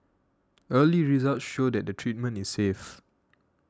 early results show that the treatment is safe